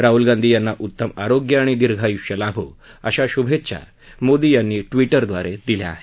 राहुल गांधी यांना उत्तम आरोग्य आणि दीर्घायुष्य लाभो अशा शुभेच्छा मोदी यांनी ट्विटरद्वारे दिल्या आहेत